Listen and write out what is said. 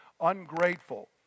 Ungrateful